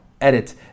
edit